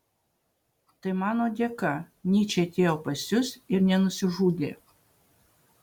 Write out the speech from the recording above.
tai mano dėka nyčė atėjo pas jus ir nenusižudė